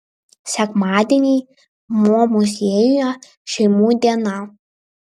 sekmadieniai mo muziejuje šeimų diena